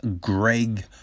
Greg